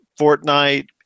Fortnite